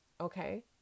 okay